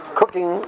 cooking